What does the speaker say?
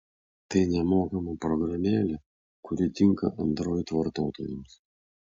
tai nemokama programėlė kuri tinka android vartotojams